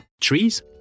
Trees